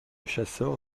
chasseur